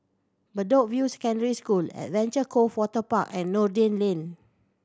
Bedok View Secondary School Adventure Cove Waterpark and Noordin Lane